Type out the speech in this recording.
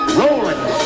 rolling